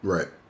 Right